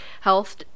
health